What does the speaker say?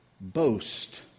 boast